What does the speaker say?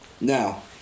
Now